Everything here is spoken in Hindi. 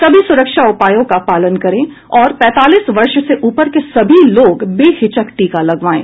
सभी सुरक्षा उपायों का पालन करें और पैंतालीस वर्ष से ऊपर के सभी लोग बेहिचक टीका लगवाएं